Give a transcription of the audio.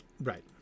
Right